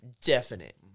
definite